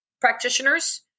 practitioners